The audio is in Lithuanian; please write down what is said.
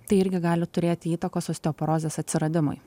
tai irgi gali turėti įtakos osteoporozės atsiradimui